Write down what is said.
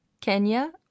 Kenya